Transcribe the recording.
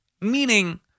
Meaning